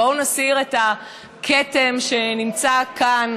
בואו נסיר את הכתם שנמצא כאן